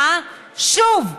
משמע, שוב העלו,